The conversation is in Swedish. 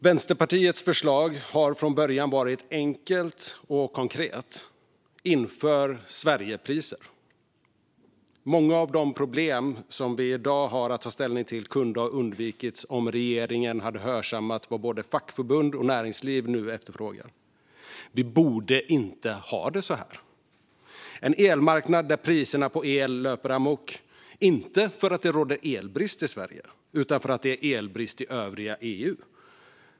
Vänsterpartiets förslag har från början varit enkelt och konkret, nämligen att införa Sverigepriser. Många av de problem som vi i dag har att ta ställning till kunde ha undvikits om regeringen hade hörsammat vad både fackförbund och näringsliv nu efterfrågar. Vi borde inte ha det så här, det vill säga en elmarknad där priserna på el löper amok, inte för att det råder elbrist i Sverige, utan för att det är elbrist i övriga EU.